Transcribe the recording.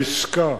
העסקה,